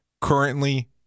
currently